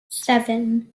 seven